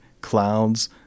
clouds